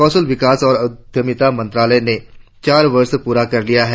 कौशल विकास और उद्यमिता मंत्रालय ने चार वर्ष प्रा कर लिया है